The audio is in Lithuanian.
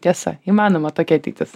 tiesa įmanoma tokia ateitis